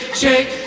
shake